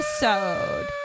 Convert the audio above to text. episode